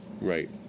right